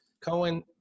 Cohen –